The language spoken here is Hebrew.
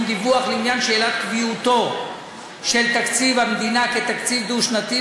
דיווח לעניין שאלת קביעתו של תקציב המדינה כתקציב דו-שנתי,